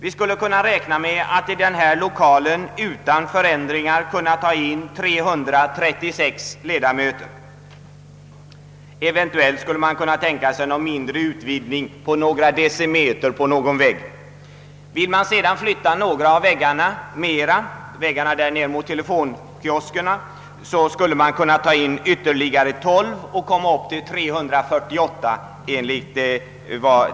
Vi kan räkna med att utan större förändringar ta in 336 ledamöter i denna lokal, eventuellt med utflyttning av en vägg någon decimeter. Vill vi sedan därutöver flytta någon av väggarna som vetter mot telefonhytterna, så kan vi ta in ytterligare 12 ledamöter och alltså få 348 platser.